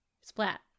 splat